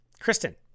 Kristen